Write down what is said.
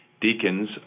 deacons